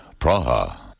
Praha